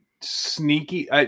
sneaky